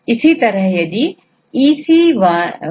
इस तरह किसी भी एंजाइम को Brenda databess पर देखा जा सकता है